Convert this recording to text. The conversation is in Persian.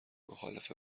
مخالف